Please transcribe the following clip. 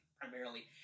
primarily